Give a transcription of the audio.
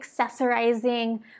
accessorizing